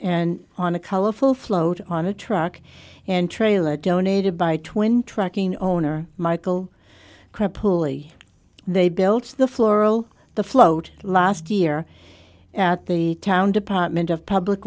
and on a colorful float on a truck and trailer donated by twenty trucking owner michael crap pulley they built the floral the float last year at the town department of public